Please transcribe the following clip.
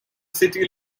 city